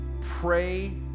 pray